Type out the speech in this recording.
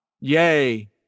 Yay